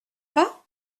pas